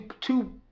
two